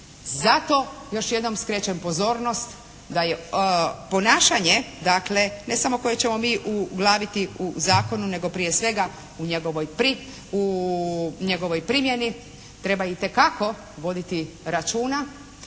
Zato još jednom skrećem pozornost da je ponašanje dakle ne samo koje ćemo mi uglaviti u zakonu nego prije svega u njegovoj primjeni. Treba itekako voditi računa